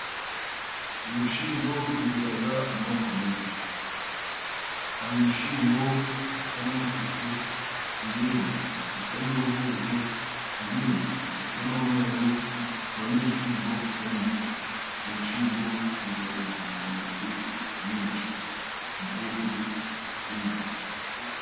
Ibishyimbo bigira amoko menshi. Hari ibishyimbo bisa n'umutuku, ibindi bisa n'uruvuzo, ibindi bisa n'umweru, hakaba n'ibishyimbo bisa n'umuhondo. Ibishyimbo bigira intungamubiri nyinshi, ni mu bwoko bw'inyama.